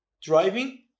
driving